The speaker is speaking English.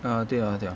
ah 对啊对啊